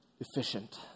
efficient